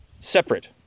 separate